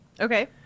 Okay